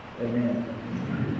Amen